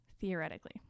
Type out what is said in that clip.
theoretically